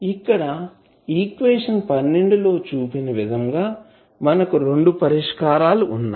ఇక్కడ ఈక్వేషన్ లో చూపిన విధంగా మనకు రెండు పరిష్కారాలు ఉన్నాయి